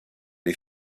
les